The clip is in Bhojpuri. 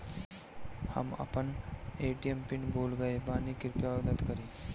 हम अपन ए.टी.एम पिन भूल गएल बानी, कृपया मदद करीं